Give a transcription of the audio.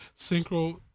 Synchro